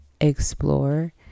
explore